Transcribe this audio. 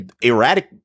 erratic